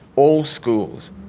all schools.